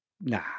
nah